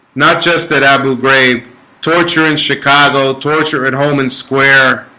not just at abu ghraib torture and chicago torture at home and square